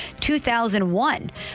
2001